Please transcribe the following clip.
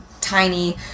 tiny